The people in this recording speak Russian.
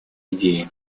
идее